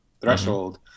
threshold